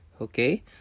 okay